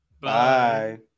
Bye